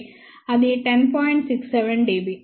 67 dB